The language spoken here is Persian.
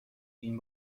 این